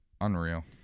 Unreal